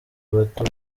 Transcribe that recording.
bato